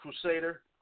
Crusader